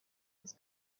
his